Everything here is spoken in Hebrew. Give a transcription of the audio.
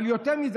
אבל יותר מזה,